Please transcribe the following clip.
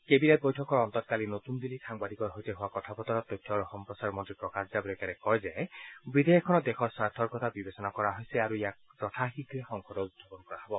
cabinet বৈঠকৰ অন্তত কালি নতুন দিল্লীত সাংবাদিকৰ সৈতে হোৱা কথা বতৰাত তথ্য আৰু সম্প্ৰচাৰ মন্ত্ৰী প্ৰকাশ জাহ্ৰেকাৰে কয় যে বিধেয়কখনত দেশৰ স্বাৰ্থৰ কথা বিবেচনা কৰা হৈছে আৰু ইয়াক যথাশীঘ্ৰে সংসদত উত্থাপন কৰা হ'ব